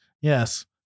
Yes